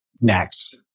next